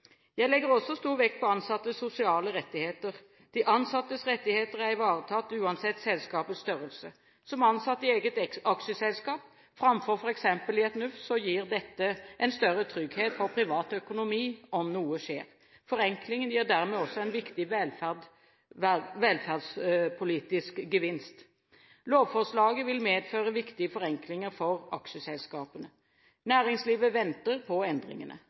Jeg legger også stor vekt på ansattes sosiale rettigheter. De ansattes rettigheter er ivaretatt uansett selskapets størrelse. Det å være ansatt i eget aksjeselskap framfor f.eks. i et NUF gir en større trygghet for privat økonomi om noe skjer. Forenklingen gir dermed også en viktig velferdspolitisk gevinst. Lovforslaget vil medføre viktige forenklinger for aksjeselskapene. Næringslivet venter på endringene.